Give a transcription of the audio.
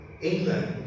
England